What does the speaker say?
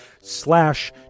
slash